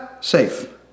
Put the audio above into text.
safe